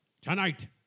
Tonight